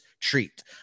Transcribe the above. treat